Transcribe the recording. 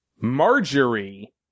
marjorie